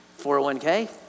401k